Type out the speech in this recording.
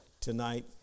tonight